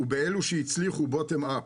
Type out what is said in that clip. ובאילו שהצליחו "בוטום-אפ".